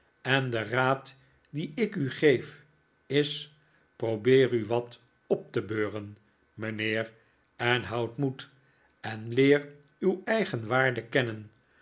en de raad dien ik u geef is probeer u wat op te beuren mijnheer en houd moed en leer uw eigen waarde kennen